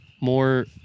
more